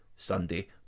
Sunday